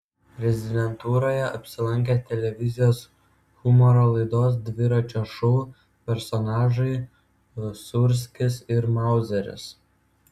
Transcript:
prezidentūroje apsilankė televizijos humoro laidos dviračio šou personažai sūrskis ir mauzeris